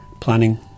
planning